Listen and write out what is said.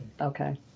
Okay